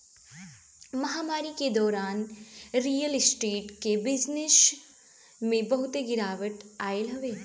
महामारी के दौरान रियल स्टेट के बिजनेस में बहुते गिरावट आइल हवे